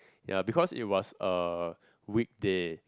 ya because it was a weekday